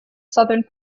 southern